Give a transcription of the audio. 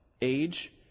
age